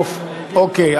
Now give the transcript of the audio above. אוקיי,